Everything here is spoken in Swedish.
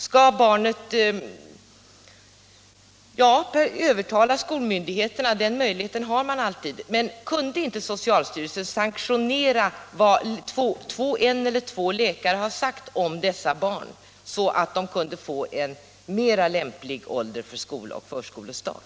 Möjligheten att övertala skolmyndigheterna har man förstås alltid, men kan inte socialstyrelsen sanktionera vad en eller två läkare har sågt om dessa barn, så att de kan få en mer lämplig ålder för förskola och skolstart?